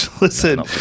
Listen